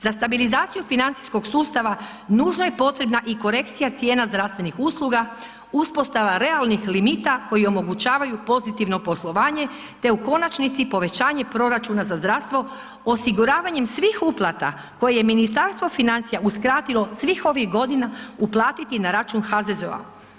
Za stabilizaciju financijskog sustava nužno je potrebna i korekcija cijena zdravstvenih usluga, uspostava realnih limita koji omogućavaju pozitivno poslovanje te u konačnici povećanje proračuna za zdravstvo osiguravanjem svih uplata koje je Ministarstvo financija uskratilo svih ovih godina uplatiti na račun HZZO-a.